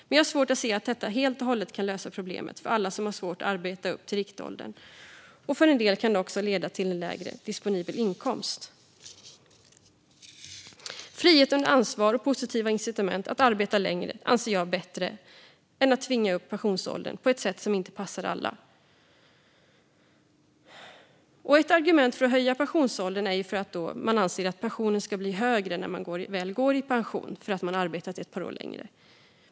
Men jag har svårt att se att detta helt och hållet kan lösa problemet för alla som har svårt att arbeta upp till riktåldern. För en del kan det också leda till en lägre disponibel inkomst. Frihet under ansvar och positiva incitament att arbeta längre anser jag är bättre än att tvinga upp pensionsåldern på ett sätt som inte passar alla. Ett argument för att höja pensionsåldern är att pensionen blir högre när man går i pension för att man arbetat ett par år längre.